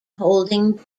holding